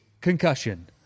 concussion